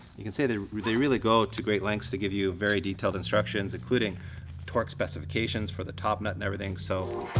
you can see they really really go to great lengths to give you very detailed instructions, including torque specifications for the top nut and everything. so